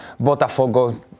Botafogo